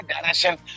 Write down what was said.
direction